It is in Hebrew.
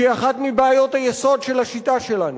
שהיא אחת מבעיות היסוד של השיטה שלנו,